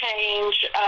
change